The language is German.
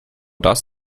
das